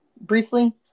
briefly